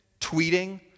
tweeting